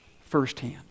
firsthand